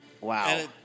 Wow